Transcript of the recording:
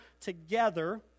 together